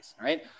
right